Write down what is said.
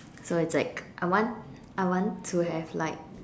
so it's like I want I want to have like